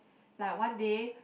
like one day